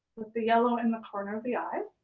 with the yellow in the corner of the eye.